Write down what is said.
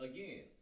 Again